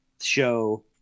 show